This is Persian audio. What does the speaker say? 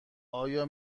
آیا